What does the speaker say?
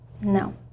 No